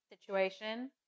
situation